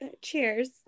Cheers